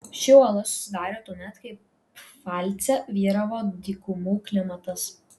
ši uola susidarė tuomet kai pfalce vyravo dykumų klimatas